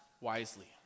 wisely